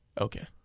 Okay